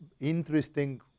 interesting